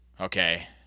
okay